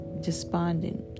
despondent